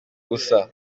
ubusa